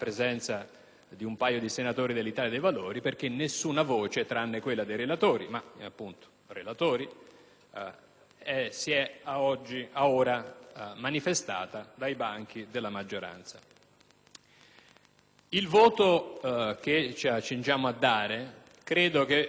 fino ad ora manifestata dai banchi della maggioranza. Il voto che ci accingiamo ad esprimere credo che vada preso in considerazione sotto almeno due punti di vista, il primo relativamente al sostegno che noi dobbiamo mantenere,